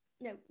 no